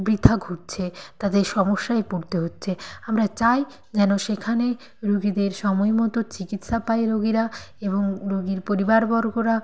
বৃথা ঘুরছে তাদের সমস্যায় পড়তে হচ্ছে আমরা চাই যেন সেখানে রুগীদের সময় মতো চিকিৎসা পায় রুগীরা এবং রুগীর পরিবারবর্গরা